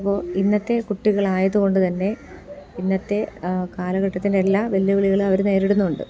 അപ്പോൾ ഇന്നത്തെ കുട്ടികളായതുകൊണ്ട് തന്നെ ഇന്നത്തെ കാലഘട്ടത്തിൻ്റെ എല്ലാ വെല്ലുവിളികൾ അവർ നേരിടുന്നുണ്ട്